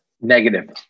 Negative